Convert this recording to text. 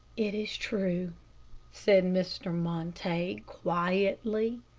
it is true said mr. montague, quietly.